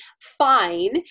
fine